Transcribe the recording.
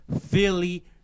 Philly